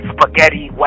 Spaghetti